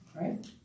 Right